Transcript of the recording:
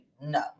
no